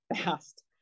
fast